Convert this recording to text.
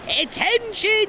Attention